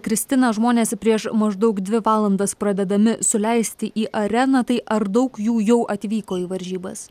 kristina žmonės prieš maždaug dvi valandas pradedami suleisti į areną tai ar daug jų jau atvyko į varžybas